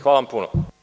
Hvala vam puno.